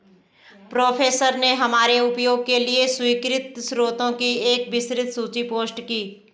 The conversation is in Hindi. प्रोफेसर ने हमारे उपयोग के लिए स्वीकृत स्रोतों की एक विस्तृत सूची पोस्ट की